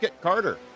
Carter